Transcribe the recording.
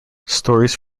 stories